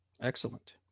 excellent